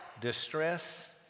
distress